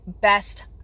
best